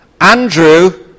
Andrew